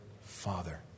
Father